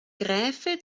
graefe